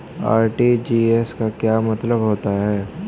RTGS का क्या मतलब होता है?